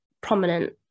prominent